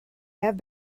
have